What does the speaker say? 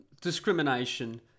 Discrimination